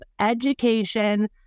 education